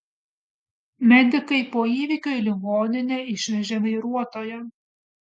medikai po įvykio į ligoninę išvežė vairuotoją